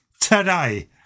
today